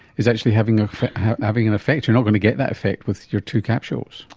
is actually having ah having an effect. you're not going to get that effect with your two capsules.